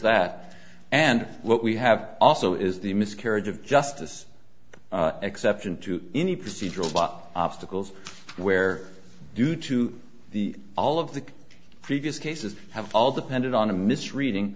that and what we have also is the miscarriage of justice exception to any procedural spot obstacles where due to the all of the previous cases have all the pendant on a misreading